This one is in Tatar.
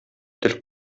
тел